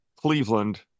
Cleveland